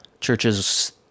churches